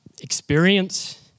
experience